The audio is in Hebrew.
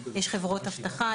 יש חברות אבטחה,